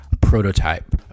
prototype